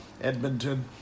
edmonton